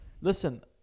Listen